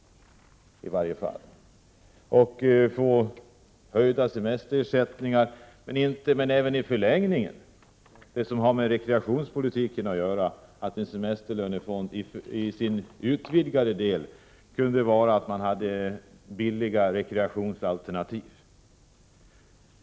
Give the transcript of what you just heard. Det skulle ge höjda semesterersättningar men även rekreationspolitiskt sett i förlängningen och i en utvidgad form medverka till billiga rekreationsalternativ.